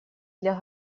для